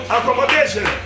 Accommodation